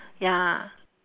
ya